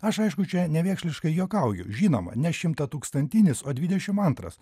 aš aišku čia nevėkšliškai juokauju žinoma ne šimtatūkstantinis o dvidešimt antras